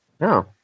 No